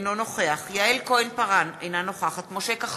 אינו נוכח יעל כהן-פארן, אינה נוכחת משה כחלון,